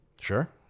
Sure